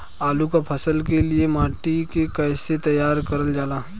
आलू क फसल के लिए माटी के कैसे तैयार करल जाला?